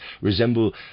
resemble